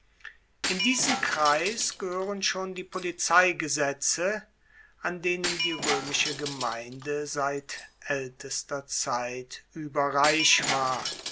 in diesen kreis gehoeren schon die polizeigesetze an denen die roemische gemeinde seit aeltester zeit ueberreich war